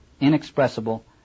inexpressible